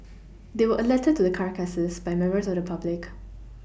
they were alerted to the carcasses by members of the public